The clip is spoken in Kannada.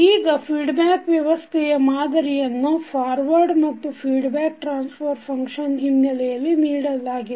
ಈಗ ಫೀಡ್ಬ್ಯಾಕ್ ವ್ಯವಸ್ಥೆಯ ಮಾದರಿಯನ್ನು ಫಾರ್ವರ್ಡ್ ಮತ್ತು ಫೀಡ್ಬ್ಯಾಕ್ ಟ್ರಾನ್ಸ್ಫರ್ ಫಂಕ್ಷನ್ ಹಿನ್ನೆಲೆಯಲ್ಲಿ ನೀಡಲಾಯಿತು